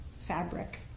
fabric